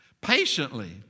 Patiently